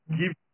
give